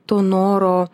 to noro